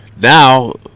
Now